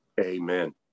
Amen